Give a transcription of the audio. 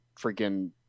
freaking